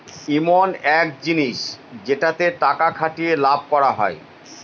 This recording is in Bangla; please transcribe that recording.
ইমন এক জিনিস যেটাতে টাকা খাটিয়ে লাভ করা হয়